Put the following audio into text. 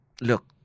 Look